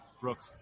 Brooks